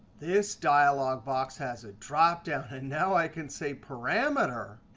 this dialog box has a dropdown. and now i can say parameter,